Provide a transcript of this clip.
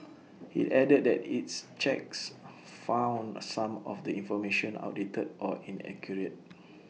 IT added that its checks found some of the information outdated or inaccurate